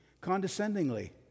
condescendingly